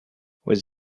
was